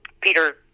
Peter